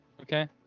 Okay